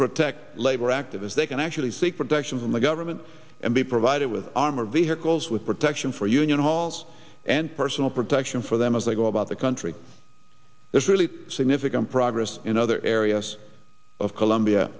protect labor activists they can actually seek protections in the government and be provided with armored vehicles with protection for union halls and personal protection for them as they go about the country it's really significant progress in other areas of colombia